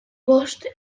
bost